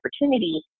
opportunity